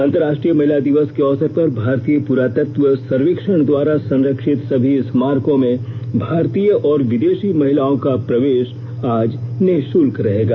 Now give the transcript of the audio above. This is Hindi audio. अंतर्राष्ट्रीय महिला दिवस के अवसर पर भारतीय पुरातत्व सर्वेक्षण द्वारा संरक्षित सभी स्मारकों में भारतीय और विदेशी महिलाओं का प्रवेश आज निःशुल्क रहेगा